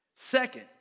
Second